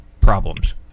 problems